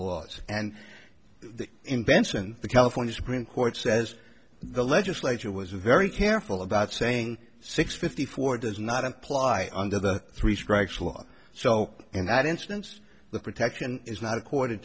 laws and inventions the california supreme court says the legislature was very careful about saying six fifty four does not apply under the three strikes law so in that instance the protection is not accord